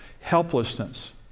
Helplessness